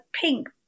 pink